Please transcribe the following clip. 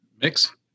Mix